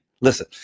listen